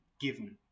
given